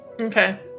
Okay